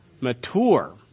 mature